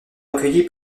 recueillie